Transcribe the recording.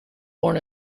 born